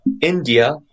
India